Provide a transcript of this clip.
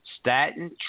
Statin